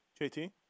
JT